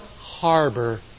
harbor